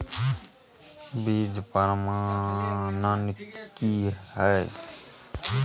बीज प्रमाणन की हैय?